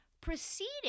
proceeded